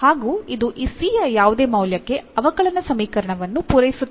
ಹಾಗೂ ಇದು ಈ c ಯ ಯಾವುದೇ ಮೌಲ್ಯಕ್ಕೆ ಅವಕಲನ ಸಮೀಕರಣವನ್ನು ಪೂರೈಸುತ್ತದೆ